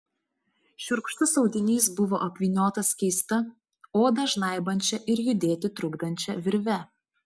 šiurkštus audinys buvo apvyniotas keista odą žnaibančia ir judėti trukdančia virve